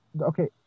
okay